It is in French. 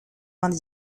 vingt